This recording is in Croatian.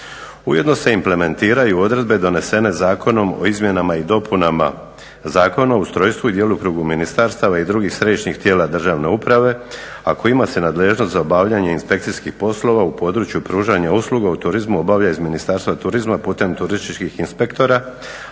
Ujedno se implementiraju odredbe donesene zakonom o izmjenama i dopunama Zakona o ustrojstvu i djelokrugu ministarstava i drugih središnjih tijela državne uprave, a kojima se nadležnost za obavljanje inspekcijskih poslova u području pružanja usluga u turizmu obave iz Ministarstva turizma putem turističkih inspektora